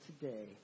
today